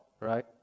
right